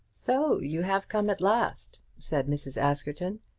so you have come at last! said mrs. askerton.